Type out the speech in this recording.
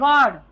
God